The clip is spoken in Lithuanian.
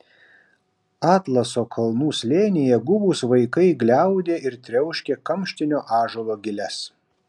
atlaso kalnų slėnyje guvūs vaikai gliaudė ir triauškė kamštinio ąžuolo giles